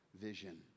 vision